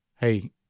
Hey